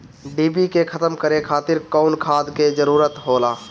डिभी के खत्म करे खातीर कउन खाद के जरूरत होला?